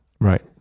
Right